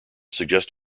suggest